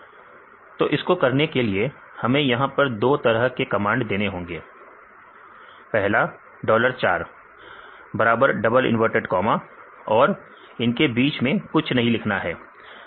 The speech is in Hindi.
स्लाइड देखें समय 0636 तो इसको करने के लिए हमें यहां पर दो तरह के कमांड देने होंगे पहला डॉलर 4 बराबर डबल इनवर्टेड कामा और इनके बीच में कुछ नहीं लिखना है